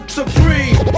Supreme